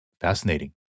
fascinating